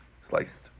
Sliced